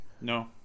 No